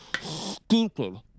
stupid